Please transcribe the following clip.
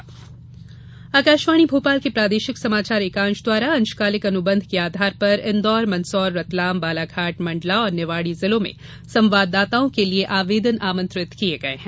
अंशकालिक संवाददाता आकाशवाणी भोपाल के प्रादेशिक समाचार एकांश द्वारा अंशकालिक अनुबंध के आधार पर इन्दौर मंदसौर रतलाम बालाघाट मंडला और निवाड़ी जिलों में संवाददाताओं के लिये आवेदन आमंत्रित किये गये हैं